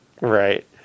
Right